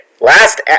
Last